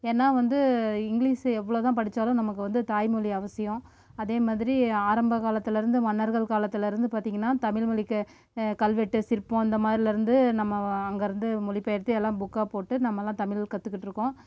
ஏன்னால் வந்து இங்கிலீஷ் எவ்வளோ தான் படிச்சாலும் நமக்கு வந்து தாய்மொழி அவசியம் அதேமாதிரி ஆரம்ப காலத்துலேருந்து மன்னர்கள் காலத்துலேருந்து பார்த்தீங்கன்னா தமிழ்மொழிக்கு கல்வெட்டு சிற்பம் இந்தமாதிரிலேருந்து நம்ம அங்கேருந்து மொழிபெயர்த்து எல்லாம் புக்கா போட்டு நம்மள்லாம் தமிழ் கற்றுக்கிட்டு இருக்கோம்